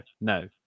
no